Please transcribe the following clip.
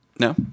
No